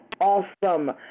awesome